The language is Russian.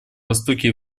востоке